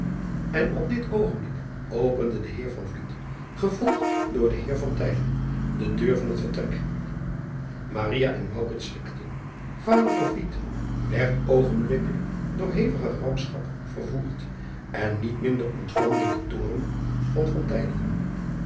en op dit oogenblik opende de eer gevolgd door den eer de deur van het vertrek en schrikten vader werd oogenblikkelijk door hevige gramschap vervoerd en niet minder ontvlamde de toorn van